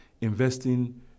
investing